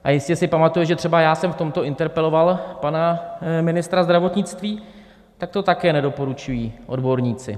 A jistě si pamatuje, že třeba já jsem v tomto interpeloval pana ministra zdravotnictví, tak to také nedoporučují odborníci.